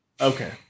Okay